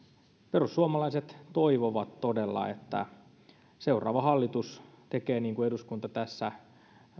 perussuomalaiset toivovat todella että seuraava hallitus tekee niin kuin eduskunta tässä